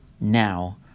now